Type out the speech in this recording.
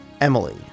Emily